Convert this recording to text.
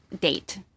date